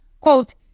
quote